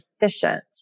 efficient